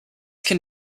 can